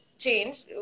change